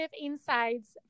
Insights